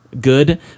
good